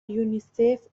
یونیسف